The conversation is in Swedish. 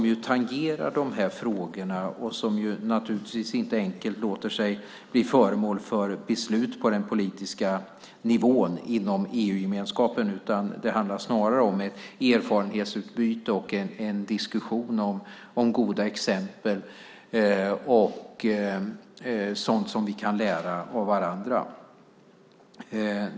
Det tangerar dessa frågor och låter sig naturligtvis inte enkelt bli föremål för beslut på den politiska nivån inom EU-gemenskapen, utan det handlar snarare om ett erfarenhetsutbyte och en diskussion om goda exempel och sådant som vi kan lära av varandra.